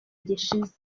gishize